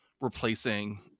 replacing